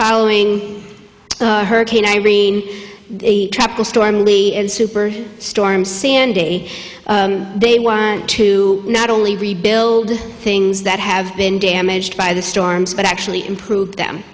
following hurricane irene tropical storm lee and super storm sandy they want to not only rebuild things that have been damaged by the storms but actually improve them